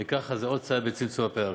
וכך זה עוד צעד בצמצום הפערים.